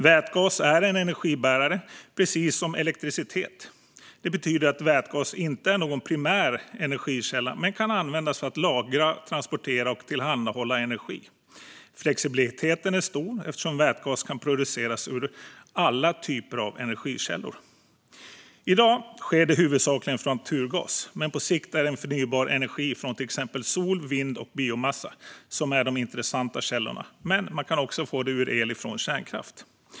Vätgas är en energibärare, precis som elektricitet. Det betyder att vätgas inte är någon primär energikälla men kan användas för att lagra, transportera och tillhandahålla energi. Flexibiliteten är stor eftersom vätgas kan produceras ur alla typer av energikällor. I dag sker det huvudsakligen från naturgas, men på sikt är det förnybar energi från till exempel sol, vind och biomassa som är de intressanta källorna. Man kan dock också få det ur el från kärnkraft.